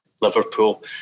Liverpool